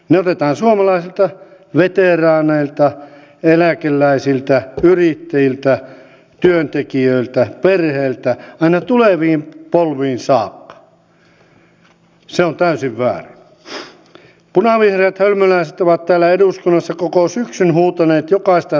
navetan ollaan näitten asioiden kanssa tuskasteltu ja aina mietitty että kuinkahan paljon ne taas leikkaantuvat eli todella kiitollisia ollaan siitä asiasta